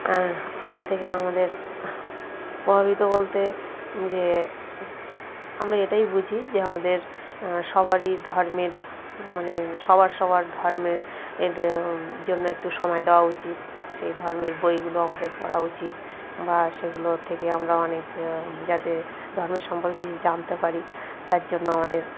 আর এটার থেকে আমাদের প্রভাবিত বলতে যে আমরা এটাই বুঝি যে আমাদের সবারই ধর্মের মানে সবার সবার ধর্মের এর জন্য একটু সময় দেওয়া উচিত সেই ধর্মের বইগুলো আমাদের পড়া উচিত বা সেগুলোর থেকে আমরা অনেক যাতে ধর্মের সম্পর্কে কিছু জানতে পারি তার জন্য আমাদের